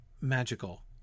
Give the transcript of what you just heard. magical